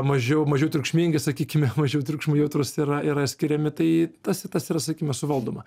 mažiau mažiau triukšmingi sakykime mažiau triukšmui jautrūs yra yra skiriami tai tas ir tas yra sakykime suvaldoma